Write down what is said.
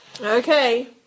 Okay